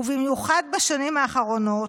ובמיוחד בשנים האחרונות,